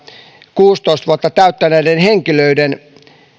kuusitoista vuotta täyttäneiden henkilöiden